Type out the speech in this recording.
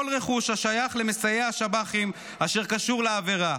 רכוש השייך למסייע לשב"חים אשר קשור לעבירה,